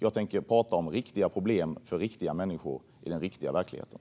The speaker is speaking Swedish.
Jag tänker prata om riktiga problem för riktiga människor i den riktiga verkligheten.